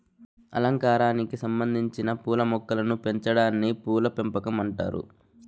అలంకారానికి సంబందించిన పూల మొక్కలను పెంచాటాన్ని పూల పెంపకం అంటారు